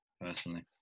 personally